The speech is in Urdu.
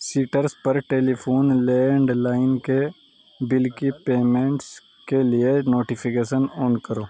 سٹرس پر ٹیلی فون لینڈ لائن کے بل کی پیمنٹس کے لیے نوٹیفیکیشن آن کرو